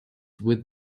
with